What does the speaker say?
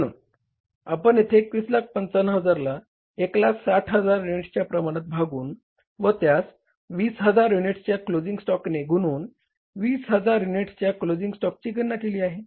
म्हणून आपण येथे 2155000 ला 160000 युनिट्सच्या प्रमाणात भागून व त्यास 20000 युनिट्सच्या क्लोझिंग स्टॉकने गुणून 20000 युनिट्सच्या क्लोझिंग स्टॉकची गणना केली आहे